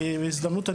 בהזדמנות הזאת,